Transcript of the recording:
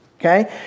Okay